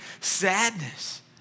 sadness